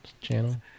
channel